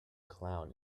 clown